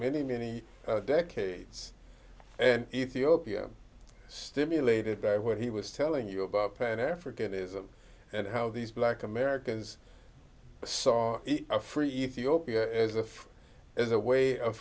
many many decades and ethiopia stimulated by what he was telling you about pan african ism and how these black americans saw a free ethiopia as a as a way of